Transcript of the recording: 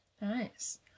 Nice